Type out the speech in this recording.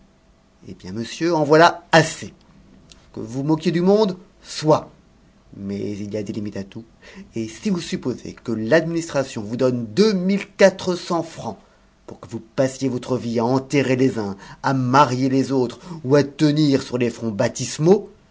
eh bien monsieur en voilà assez que vous vous moquiez du monde soit mais il y a des limites à tout et si vous supposez que l'administration vous donne deux mille quatre cents francs pour que vous passiez votre vie à enterrer les uns à marier les autres ou à tenir sur les fonts baptismaux